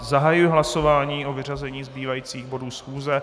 Zahajuji hlasování o vyřazení zbývajících bodů schůze.